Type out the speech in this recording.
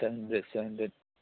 seven hundred seven hundred